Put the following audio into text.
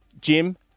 Jim